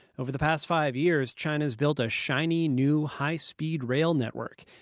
over the past five years, china's built a shiny, new high-speed rail network.